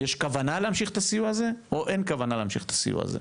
יש כוונה להמשיך את הסיוע הזה או אין כוונה להמשיך את הסיוע הזה.